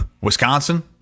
Wisconsin